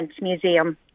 Museum